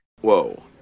Whoa